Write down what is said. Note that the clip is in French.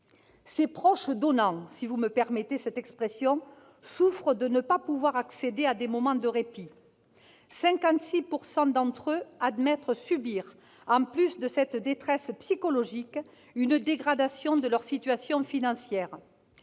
Les « proches donnants », si vous me permettez cette expression, souffrent de ne pas pouvoir accéder à des moments de répit, et 56 % d'entre eux admettent subir, en plus de cette détresse psychologique, une dégradation de leur situation financière.